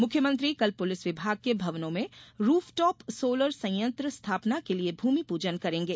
मुख्यमंत्री कल पुलिस विभाग के भवनों में रूफटॉप सोलर संयंत्र स्थापना के लिये भूमिपूजन करेंगे